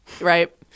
Right